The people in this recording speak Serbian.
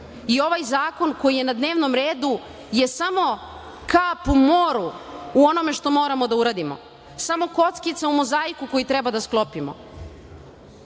Ovaj zakon koji je na dnevnom redu je samo kap u moru u onome što moramo da uradimo, samo kockica u mozaiku koji treba da sklopimo.